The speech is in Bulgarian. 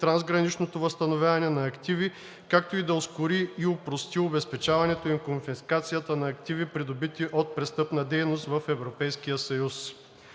трансграничното възстановяване на активи, както и да ускори и опрости обезпечаването и конфискацията на активи, придобити от престъпна дейност, в Европейския съюз.